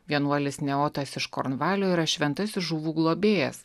vienuolis neotas iš kornvalio yra šventasis žuvų globėjas